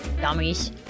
dummies